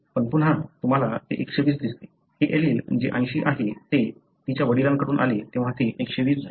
पण पुन्हा तुम्हाला ते 120 दिसते हे एलील जे 80 आहे ते तिच्या वडिलांकडून आले तेव्हा ते 120 झाले